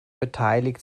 beteiligt